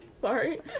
Sorry